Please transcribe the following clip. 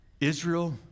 Israel